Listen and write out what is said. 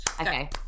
Okay